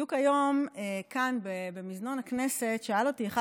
בדיוק היום כאן במזנון הכנסת שאל אותי אחד